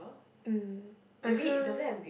mm I feel